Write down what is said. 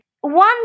One